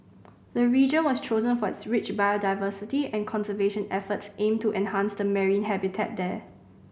the region was chosen for its rich biodiversity and conservation efforts aim to enhance the marine habitat there